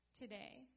today